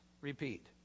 repeat